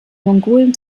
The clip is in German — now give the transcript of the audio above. mongolen